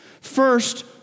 First